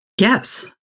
Yes